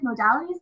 modalities